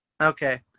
Okay